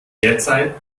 derzeit